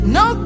no